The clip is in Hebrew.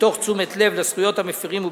מתוך תשומת לב לזכויות המפירים ובשקיפות.